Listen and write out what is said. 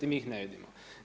Mi ih ne vidimo.